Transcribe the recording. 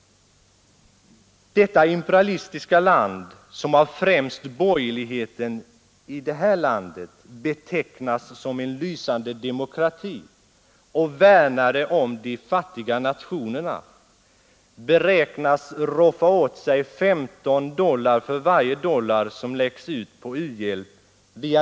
Detta imperialistiska land, som främst av borgerligheten i vårt land betecknas som en lysande demokrati och värnare om de fattiga nationerna, beräknas via räntor och profiter från u-länderna roffa åt sig 15 dollar för varje dollar som läggs på u-hjälp.